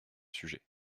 sujet